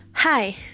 Hi